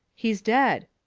he's dead.